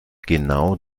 genau